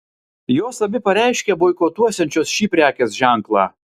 jos abi pareiškė boikotuosiančios šį prekės ženklą